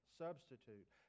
substitute